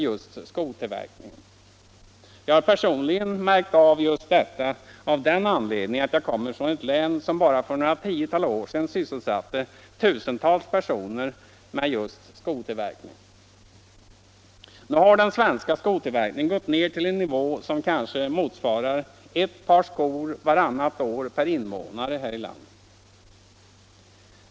Jag har personligen märkt detta av den anledningen att jag kommer från ett län som bara för några tiotal år sedan sysselsatte tusentals personer med skotillverkning. Nu har den svenska skotillverkningen gått ned till en nivå som kanske motsvarar ett par skor vartannat år per invånare här i landet.